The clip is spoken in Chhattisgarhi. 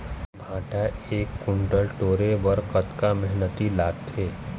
भांटा एक कुन्टल टोरे बर कतका मेहनती लागथे?